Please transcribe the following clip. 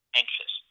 anxious